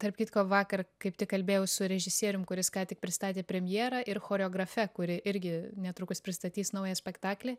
tarp kitko vakar kaip tik kalbėjau su režisierium kuris ką tik pristatė premjerą ir choreografe kuri irgi netrukus pristatys naują spektaklį